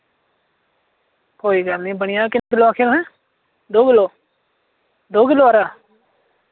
कोई गल्ल नि बनी जाग किन्ने किल्लो आखेआ तुसें दो किल्लो दो किल्लो हारा